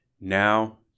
Now